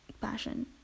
passion